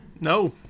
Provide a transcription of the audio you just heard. No